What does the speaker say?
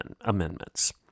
amendments